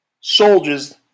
soldiers